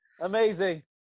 Amazing